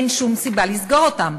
אין שום סיבה לסגור אותם.